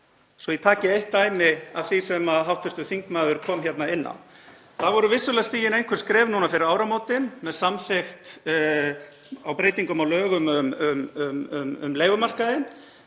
svo ég taki eitt dæmi af því sem hv. þingmaður kom inn á. Það voru vissulega stigin einhver skref nú fyrir áramótin með samþykkt á breytingum á lögum um leigumarkaðinn